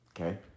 Okay